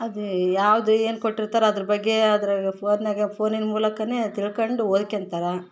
ಅದು ಯಾವ್ದು ಏನು ಕೊಟ್ಟಿರ್ತಾರೆ ಅದ್ರ ಬಗ್ಗೇ ಅದ್ರಾಗ ಫೋನ್ನಾಗೆ ಫೋನಿನ ಮೂಲಕ ತಿಳ್ಕೊಂಡು ಓದಿಕೊಂತರ